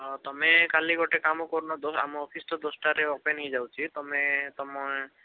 ହଁ ତମେ କାଲି ଗୋଟେ କାମ କରୁନ ଆମ ଅଫିସ୍ ତ ଦଶଟାରେ ଓପନ୍ ହେଇଯାଉଛି ତମେ ତମ